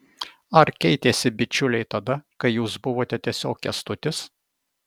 ar keitėsi bičiuliai tada kai jūs buvote tiesiog kęstutis